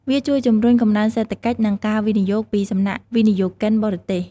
វាជួយជំរុញកំណើនសេដ្ឋកិច្ចនិងការវិនិយោគពីសំណាក់វិនិយោគិនបរទេស។